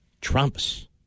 Trump's